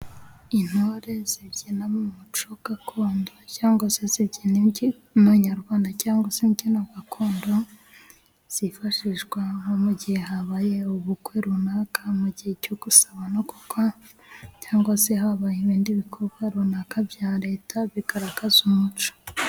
Intore zibyina mu muco gakondo cyangwa se zibyina imbyino nyarwanda cyangwa se imbyino gakondo zifashishwa mu gihe habaye ubukwe runaka, mu gihe cyo gusaba no gukwa cyangwa se habaye ibindi bikorwa runaka bya leta bigaragaza umuco.